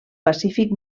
pacífic